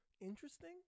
interesting